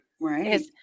Right